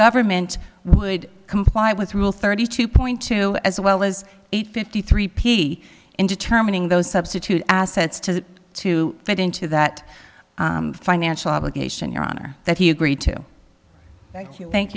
government would comply with rule thirty two point two as well as eight fifty three p in determining those substitute assets to that to fit into that financial obligation your honor that he agreed to thank you thank